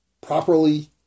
properly